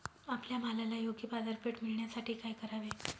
आपल्या मालाला योग्य बाजारपेठ मिळण्यासाठी काय करावे?